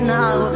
now